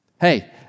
Hey